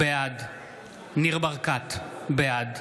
בעד ניר ברקת, בעד